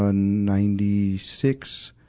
and ninety six,